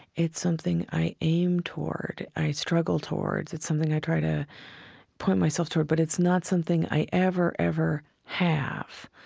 it's something i aim toward, i struggle towards. it's something i try to point myself toward, but it's not something i ever, ever have,